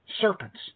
Serpents